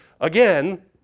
again